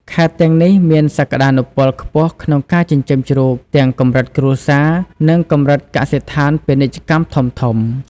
ខេត្តទាំងនេះមានសក្ដានុពលខ្ពស់ក្នុងការចិញ្ចឹមជ្រូកទាំងកម្រិតគ្រួសារ និងកម្រិតកសិដ្ឋានពាណិជ្ជកម្មធំៗ។